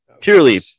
purely